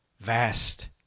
Vast